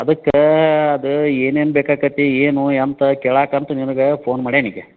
ಅದಕ್ಕೆ ಅದು ಏನೇನು ಬೇಕಾಕತಿ ಏನು ಎಂತ ಕೇಳಕ್ಕ ಅಂತ ನಿನಗೆ ಫೋನ್ ಮಾಡೇನಿ ಈಗ